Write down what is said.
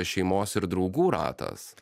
šeimos ir draugų ratas